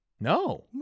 No